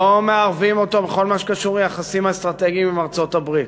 לא מערבים אותו בכל מה שקשור ליחסים האסטרטגיים עם ארצות-הברית,